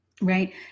Right